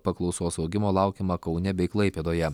paklausos augimo laukiama kaune bei klaipėdoje